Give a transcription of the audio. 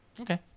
okay